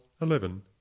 eleven